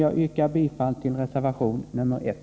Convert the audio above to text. Jag yrkar bifall till reservation nr 1.